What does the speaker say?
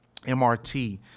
MRT